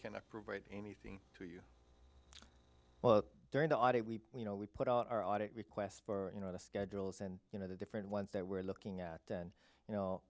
cannot provide anything to you well during the audit we you know we put our audit requests for you know the schedules and you know the different ones that we're looking at and you know